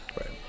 Right